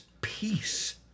peace